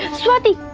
and swati.